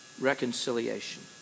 reconciliation